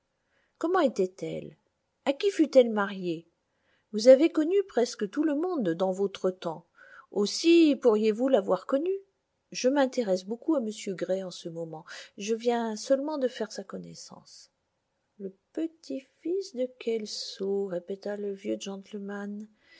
gomment était-elle a qui fut elle mariée vous avez connu presque tout le monde dans votre temps aussi pourriez-vous l'avoir connue je m'intéresse beaucoup à m gray en ce moment je viens seulement de faire sa connaissance le petit-fils de kelso répéta le vieux gentleman